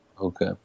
Okay